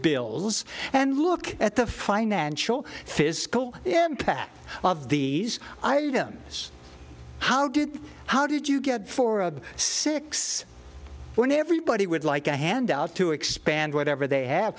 bills and look at the financial fiscal impact of these items how did how did you get for a six when everybody would like a handout to expand whatever they